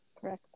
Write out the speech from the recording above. correct